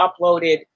uploaded